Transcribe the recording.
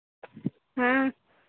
हाँ